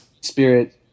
Spirit